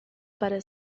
para